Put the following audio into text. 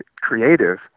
creative